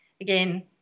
again